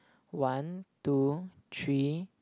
one two three